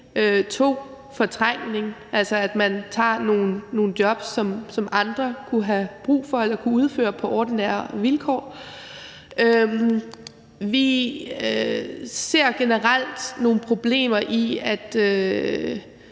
2) fortrængning, altså at man tager nogle job, som andre kunne have brug for eller kunne udføre på ordinære vilkår. Vi ser generelt nogle problemer i, at